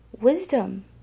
wisdom